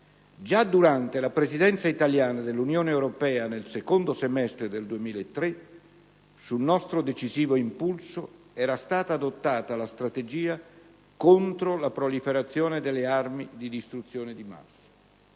Già durante la Presidenza italiana dell'Unione europea nel secondo semestre del 2003 su nostro decisivo impulso era stata adottata la strategia contro la proliferazione delle armi di distruzione di massa.